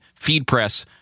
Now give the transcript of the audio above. Feedpress